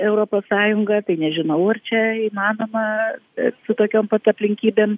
europos sąjunga tai nežinau ar čia įmanoma su tokiom pat aplinkybėm